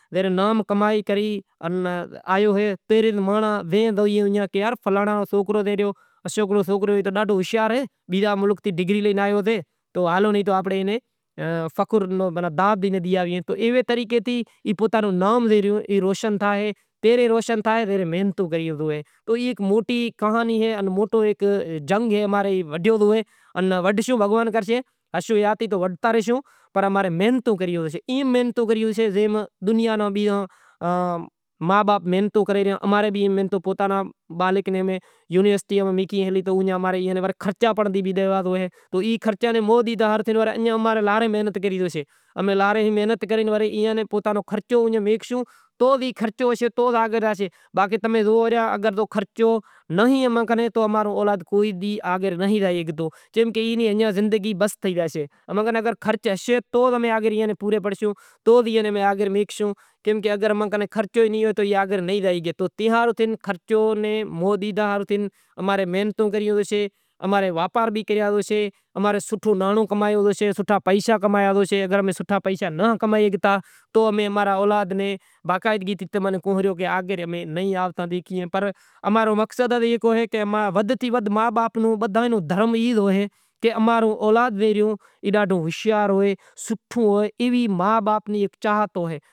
ام کمائی کری آیو اے تو مانڑو کہیں یار اشوک رو سوکرو باہرے ملک ماں تھی ڈگری لی آیو سے تو ہالو ایئے ناں فخر رو تاج ڈی آویں تو ایوے نمونے پوتاں نوں نام روشن تھے۔ ایم محنت کرنوویں سے کہ بالک ناں خرچا پنڑ ڈیوا زوئیں تو اینے کرے مستری بھی زام تھے گیا میں کنیں ترن مستری سیں تو کڈی ایئے کنے کام ہوئے تو کنیں موں کنیں ہوئے روزی تو ماتھے بھگوان نے ہاتھ میں سے تو گاڈیمیں شوں اے شوں اے فالٹ اینی بھی دماغ میں بیہارو سیں، کوئی ایوا بھی اہیں کہ چیم اماں نے کوئی فالٹ نتھی پنڑ کو شوں خراب اہے کو شوں خراب اہے ہمیں تو اینے کرے ایوا ایوا سوٹھا مستری بھی بیٹھا اہیں کوئی ایوا بھی اہیں امیں بھی نہیں آڑتو تو اوئے کن زائے اوئے کن نہیں آڑتو تو موں کن آوے۔ تو گاڈی میں کئی مسئلہ اہیں، کوئی باویہہ ماڈل آوی چوویہہ بھی آوے پنجویہہ بھی آئے ہر سال ودھی آوے ریوں، نوا ماڈل آویں را تو اینے کرے گاڈیوں ہر گاڈیوں ٹھائی یوں موٹیوں گاڈیوں امیں نہیں ٹھائتا ون ٹو فائیو تھے گئی لوڈر تھے گئی اینوں امیں نہیں ٹھائیتا اینوں ہروبھرو انجڑ وغیرہ نہیں ٹھائتا باقی موٹر سینکل نو ہر کام کریئں باقی لوڈر وغیرہ تھئی گیو ای نہیں ٹھائتا تو کائیں بھی ہوئے گاڈی نو منیں